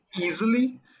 easily